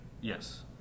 Yes